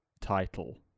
title